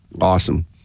Awesome